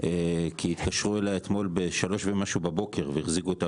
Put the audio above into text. כי התקשרו אליה בשעה 03:00 לפנות בוקר והחזיקו אותה